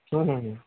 हं हं हं